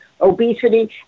obesity